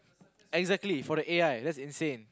exactly for the A_I that's insane